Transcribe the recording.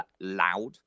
loud